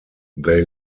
they